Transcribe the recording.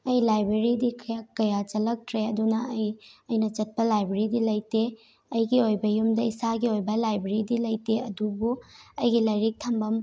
ꯑꯩ ꯂꯥꯏꯕ꯭ꯔꯦꯔꯤꯗꯤ ꯀꯌꯥ ꯆꯠꯂꯛꯇ꯭ꯔꯦ ꯑꯗꯨꯅ ꯑꯩ ꯑꯩꯅ ꯆꯠꯄ ꯂꯥꯏꯕ꯭ꯔꯦꯔꯤꯗꯤ ꯂꯩꯇꯦ ꯑꯩꯒꯤ ꯑꯣꯏꯕ ꯌꯨꯝꯗ ꯏꯁꯥꯒꯤ ꯑꯣꯏꯕ ꯂꯥꯏꯕ꯭ꯔꯦꯔꯤꯗꯤ ꯂꯩꯇꯦ ꯑꯗꯨꯕꯨ ꯑꯩꯒꯤ ꯂꯥꯏꯔꯤꯛ ꯊꯝꯐꯝ